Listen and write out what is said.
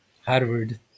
Harvard